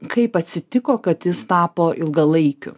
kaip atsitiko kad jis tapo ilgalaikiu